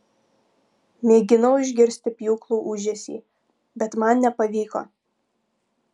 mėginau išgirsti pjūklų ūžesį bet man nepavyko